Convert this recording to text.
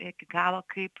iki galo kaip